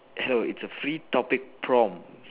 hell it's a free topic prompt